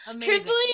truthfully